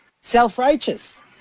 self-righteous